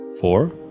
four